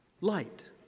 Light